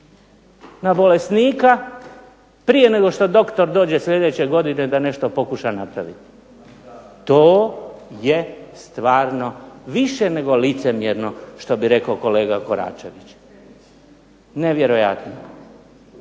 na bolesnika prije nego što doktor dođe sljedeće godine da nešto pokuša napraviti. To je stvarno više nego licemjerno što bi rekao kolega Koračević. Nevjerojatno.